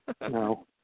No